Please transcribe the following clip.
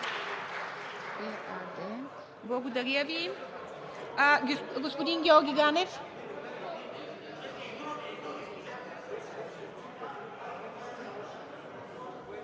Благодаря Ви. Господин Георги Ганев.